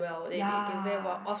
ya